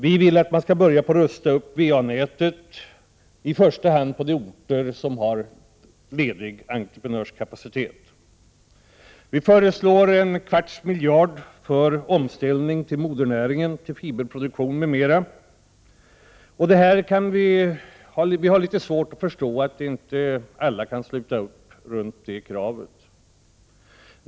Vi vill att man skall börja rusta upp VA-nätet, i första hand på de orter som har ledig entreprenörskapacitet. Vi föreslår en kvarts miljard för en viss omställning av modernäringen till fiberproduktion m.m. Vi har litet svårt att förstå att inte alla kan sluta upp bakom det kravet.